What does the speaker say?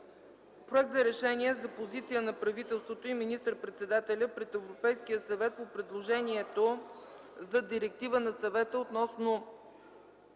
Проект за решение за позиция на правителството и министър-председателя пред Европейския съвет по предложението за директива на Съвета относно